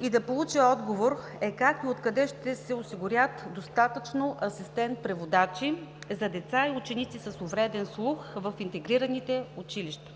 и да получи отговор, е как и откъде ще се осигурят достатъчно асистент-преводачи за деца и ученици с увреден слух в интегрираните училища?